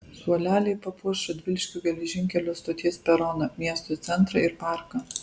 suoleliai papuoš radviliškio geležinkelio stoties peroną miesto centrą ir parką